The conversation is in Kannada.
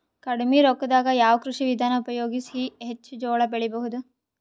ಕಡಿಮಿ ರೊಕ್ಕದಾಗ ಯಾವ ಕೃಷಿ ವಿಧಾನ ಉಪಯೋಗಿಸಿ ಹೆಚ್ಚ ಜೋಳ ಬೆಳಿ ಬಹುದ?